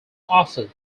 offered